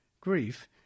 grief